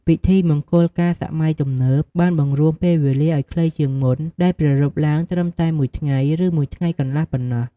ពិធីមង្គលការសម័យទំនើបបានបង្រួមពេលវេលាឲ្យខ្លីជាងមុន ដោយប្រារព្ធឡើងត្រឹមតែមួយថ្ងៃឬមួយថ្ងៃកន្លះប៉ុណ្ណោះ។